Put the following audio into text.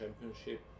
championship